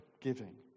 giving